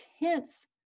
intense